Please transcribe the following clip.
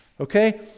Okay